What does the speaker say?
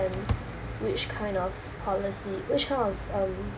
um which kind of policy which kind of um